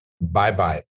Bye-bye